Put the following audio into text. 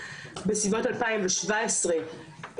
אז זה יכול להיות די דומה לענף הסיעוד,